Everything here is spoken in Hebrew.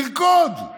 לרקוד, מצוין.